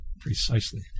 Precisely